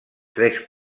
tres